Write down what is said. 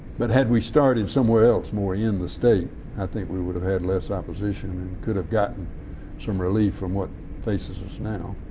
but had we started somewhere else more in the state i think we would have had less opposition and could have gotten some relief from what faces us now.